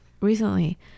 recently